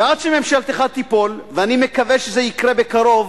ועד שממשלתך תיפול, ואני מקווה שזה יקרה בקרוב,